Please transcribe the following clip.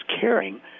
caring